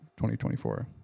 2024